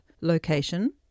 location